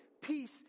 peace